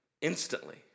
Instantly